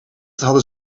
hadden